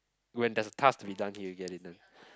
when there's a task to be done he will get it done